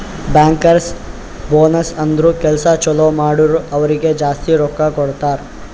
bankers bonus ಅಂದುರ್ ಕೆಲ್ಸಾ ಛಲೋ ಮಾಡುರ್ ಅವ್ರಿಗ ಜಾಸ್ತಿ ರೊಕ್ಕಾ ಕೊಡ್ತಾರ್